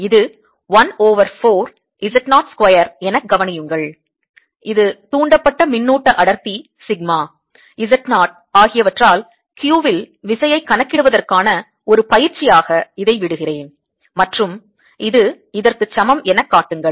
இது 1 over 4 Z naught square எனக் கவனியுங்கள் இது தூண்டப்பட்ட மின்னூட்ட அடர்த்தி சிக்மா z நாட் ஆகியவற்றால் q இல் விசையைக் கணக்கிடுவதற்கான ஒரு பயிற்சியாக இதை விடுகிறேன் மற்றும் இது இதற்கு சமம் எனக் காட்டுங்கள்